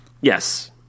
Yes